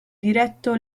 diretto